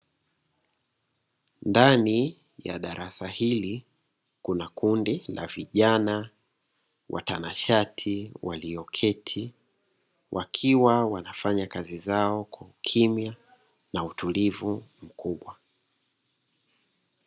Ndani ya darasa hili, kuna kundi la vijana watanashati walioketi wakiwa wanafanya kazi zao kwa ukimya na utulivu mkubwa.